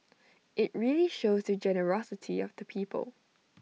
IT really shows the generosity of the people